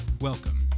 Welcome